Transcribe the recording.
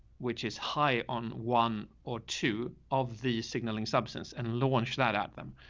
which is high on one or two of the signalling substance and launched that at them.